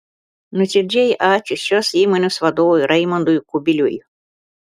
nuoširdžiai ačiū šios įmonės vadovui raimundui kubiliui